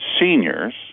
seniors